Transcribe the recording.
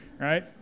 right